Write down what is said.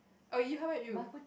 oh you how about you